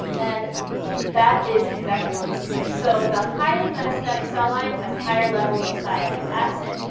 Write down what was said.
and that is exactly what we see. so the highly-metastatic cell line has higher levels of sialic acid,